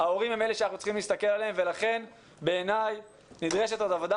ההורים הם אלה שאנחנו צריכים להסתכל עליהם ולכן בעיניי נדרשת עוד עבודה